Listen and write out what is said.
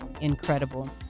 incredible